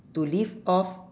to live off